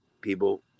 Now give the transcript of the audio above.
people